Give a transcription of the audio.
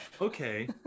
Okay